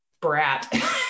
brat